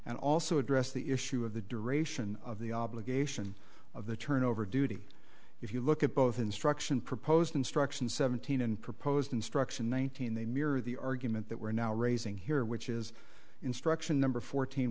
and also addressed the issue of the duration of the obligation of the turnover duty if you look at both instruction proposed instruction seventeen and proposed instruction one thousand they mirror the argument that we're now raising here which is instruction number fourteen